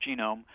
genome